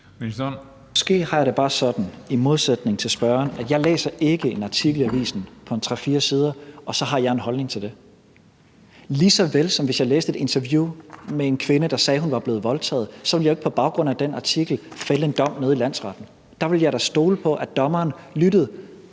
Måske har jeg det bare sådan i modsætning til spørgeren, at jeg ikke læser en artikel i avisen på tre-fire sider og så har en holdning til det, lige såvel som jeg, hvis jeg læste et interview med en kvinde, der sagde, at hun var blevet voldtaget, jo så heller ikke på baggrund af den artikel ville fælde en dom nede i landsretten. Der ville jeg da stole på, at dommeren lyttede,